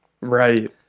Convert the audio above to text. Right